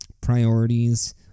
priorities